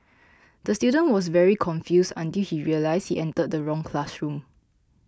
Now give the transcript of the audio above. the student was very confused until he realised he entered the wrong classroom